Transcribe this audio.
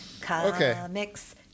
comics